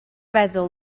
feddwl